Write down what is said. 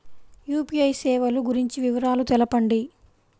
UPI సేవలు గురించి వివరాలు తెలుపండి?